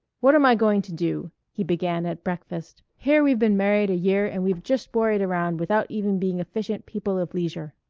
what am i going to do? he began at breakfast. here we've been married a year and we've just worried around without even being efficient people of leisure.